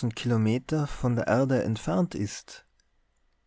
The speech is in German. kilometer von der erde entfernt ist